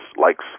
likes